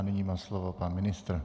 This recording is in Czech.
Nyní má slovo pan ministr.